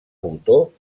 botó